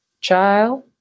Child